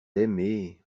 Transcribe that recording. aimée